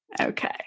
Okay